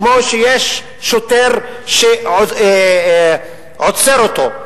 כמו שיש שוטר שעוצר אותו,